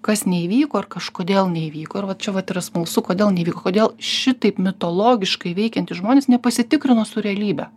kas neįvyko ir kažkodėl neįvyko ir va čia vat yra smalsu kodėl neįvyko kodėl šitaip mitologiškai veikiantys žmonės nepasitikrino su realybe